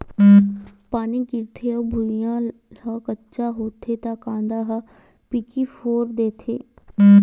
पानी गिरथे अउ भुँइया ह कच्चा होथे त कांदा ह पीकी फोर देथे